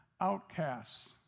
outcasts